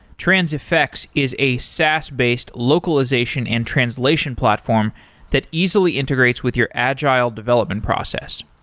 transifex is a saas based localization and translation platform that easily integrates with your agile development process.